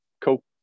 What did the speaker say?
cool